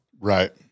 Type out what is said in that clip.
Right